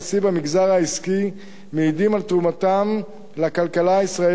במגזר העסקי מעידים על תרומתם לכלכלה הישראלית,